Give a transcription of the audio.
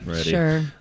Sure